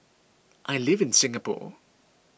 I live in Singapore